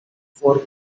four